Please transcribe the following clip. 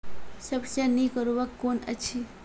सबसे नीक उर्वरक कून अछि?